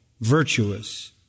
virtuous